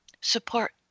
support